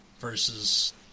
versus